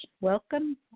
Welcome